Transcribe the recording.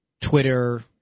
Twitter